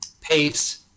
pace